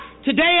Today